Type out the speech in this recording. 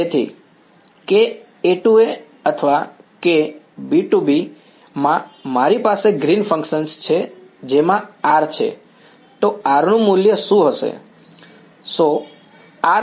તેથી KA→A અથવા KB→B માં મારી પાસે ગ્રીન્સ ફંક્શન છે જેમાં R છે